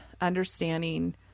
understanding